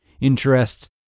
interests